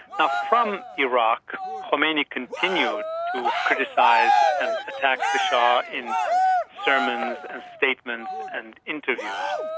now from iraq, khomeini continued to criticise and attack the shah in sermons and statements and interviews.